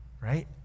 Right